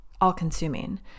all-consuming